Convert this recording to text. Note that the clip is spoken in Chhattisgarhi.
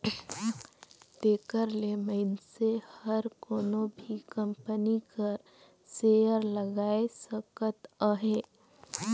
तेकर ले मइनसे हर कोनो भी कंपनी कर सेयर लगाए सकत अहे